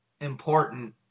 important